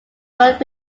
word